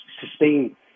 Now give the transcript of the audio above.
sustain